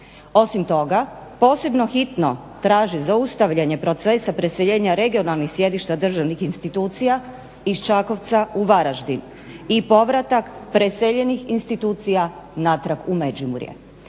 Osim toga posebno hitno traže zaustavljanje procesa preseljenja regionalnih sjedišta državnih institucija iz Čakovca u Varaždin i povratak preseljenih institucija natrag u Međimurje.